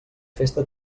festa